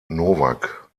novak